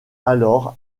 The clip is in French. alors